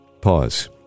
Pause